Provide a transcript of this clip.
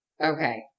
Okay